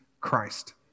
Christ